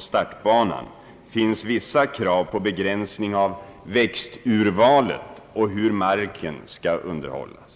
startbanan. Vissa krav på begränsning av växturvalet gäller i ett område 350 å 400 meter runt startbanan, liksom särskilda bestämmelser om hur marken skall underhållas.